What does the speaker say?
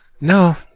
no